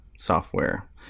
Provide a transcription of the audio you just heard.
Software